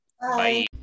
Bye